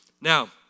Now